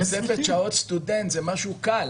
תוספת שעות סטודנט זה משהו קל,